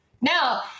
Now